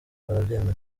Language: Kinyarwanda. barabyemera